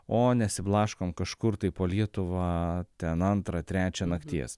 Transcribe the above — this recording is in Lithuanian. o nesiblaškom kažkur tai po lietuvą ten antrą trečią nakties